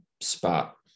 spot